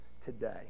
today